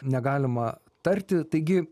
negalima tarti taigi